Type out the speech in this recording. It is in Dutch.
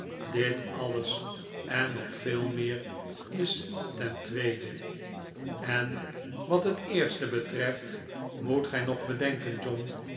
dit alles en nog veel meer is ten tweede en wat het eerste betreft moet gij nog bedenken john